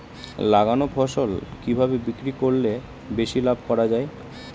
লাগানো ফসল কিভাবে বিক্রি করলে বেশি লাভ করা যায়?